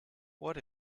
what